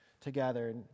together